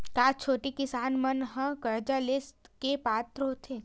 का छोटे किसान मन हा कर्जा ले के पात्र होथे?